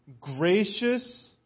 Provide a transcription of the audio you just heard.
gracious